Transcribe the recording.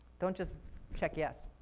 don't just check yes.